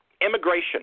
Immigration